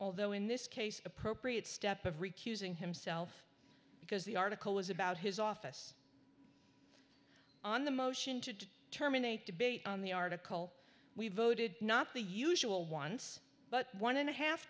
although in this case appropriate step of recusing himself because the article was about his office on the motion to terminate debate on the article we voted not the usual ones but one and a half